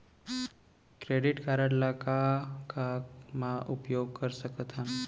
Credit card ला का का मा उपयोग कर सकथन?